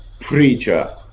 preacher